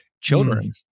children